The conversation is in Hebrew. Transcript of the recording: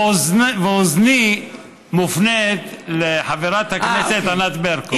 ואוזני מופנית לחברת הכנסת ענת ברקו.